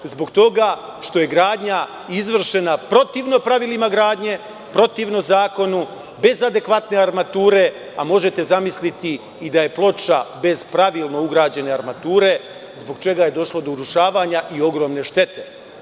Zbog toga što je gradnja izvršena protivno pravilima gradnje, protivno zakonu, bez adekvatne armature, a možete zamisliti i da je ploča bez pravilno ugrađene armature, zbog čega je došlo do urušavanja i ogromne štete.